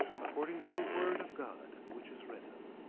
according to the word of god which is written.